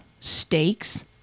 steaks